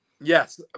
Yes